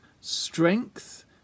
strength